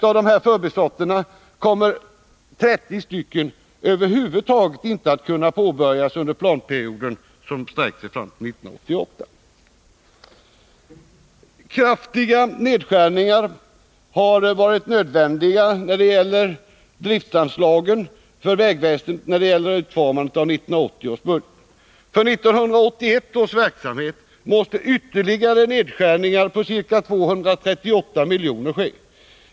Av dessa förbifarter kommer ca 30 över huvud taget inte att kunna påbörjas under planperioden, som sträcker sig till 1988. Kraftiga nedskärningar av driftanslagen till vägväsendet har alltså varit nödvändiga vid utformandet av 1980 års budget. För 1981 års verksamhet måste ytterligare nedskärningar på ca 238 milj.kr. ske.